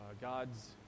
God's